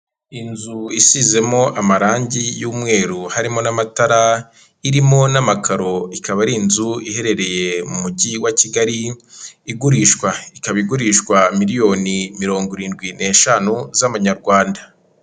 Inzu isizemo amarangi y'umweru harimo n'amatara, irimo n'amakaro, ikaba ari inzu iherereye mu mujyi wa Kigali igurishwa. Ikaba igurishwa miliyoni mirongo irindwi n'eshanu z'amanyarwanda.